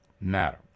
Matter